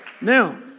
Now